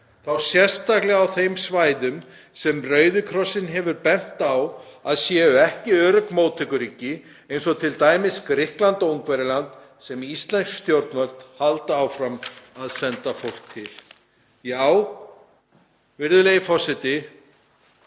þá sérstaklega á þeim svæðum sem Rauði krossinn hefur bent á að séu ekki örugg móttökuríki eins og t.d. Grikkland og Ungverjaland sem íslensk stjórnvöld halda áfram að senda fólk til.“ Virðulegi forseti.